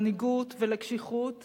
למנהיגות ולקשיחות